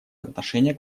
отношение